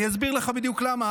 אני אסביר לך בדיוק למה,